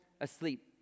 asleep